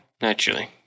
naturally